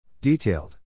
Detailed